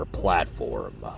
platform